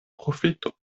profito